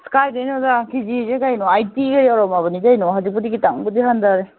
ꯀꯥꯏꯗꯩꯅꯣꯗ ꯀꯦꯖꯤꯁꯤ ꯀꯩꯅꯣ ꯑꯥꯏꯇꯤꯒ ꯌꯧꯔꯝꯃꯕꯅꯤ ꯀꯩꯅꯣ ꯍꯧꯖꯤꯛꯄꯨꯗꯤ ꯈꯤꯇꯪꯕꯨꯗꯤ ꯍꯟꯗꯔꯦ